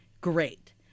great